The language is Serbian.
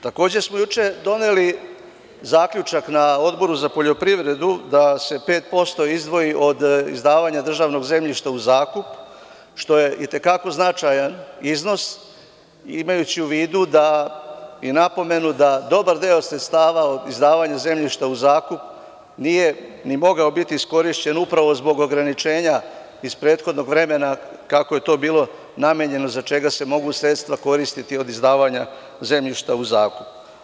Takođe smo juče doneli zaključak na Odboru za poljoprivredu da se 5% izdvoji od izdavanja državnog zemljišta u zakup, što je i te kako značajan iznos imajući u vidu i napomenu da dobar deo sredstava od izdavanja zemljišta u zakup nije ni moga biti iskorišćen upravo zbog ograničenja iz prethodnog vremena, kako je to bilo namenjeno za čega se mogu sredstva koristiti od izdavanja zemljišta u zakup.